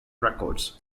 records